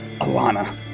Alana